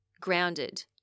grounded